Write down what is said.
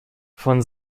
von